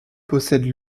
possède